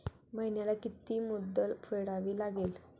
महिन्याला किती मुद्दल फेडावी लागेल?